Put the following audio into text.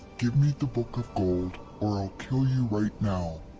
give me the book of gold, or i'll kill you right now.